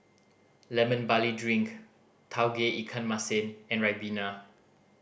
Lemon Barley Drink Tauge Ikan Masin and ribena